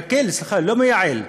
לא מייעל.